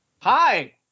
Hi